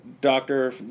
doctor